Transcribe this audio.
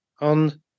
on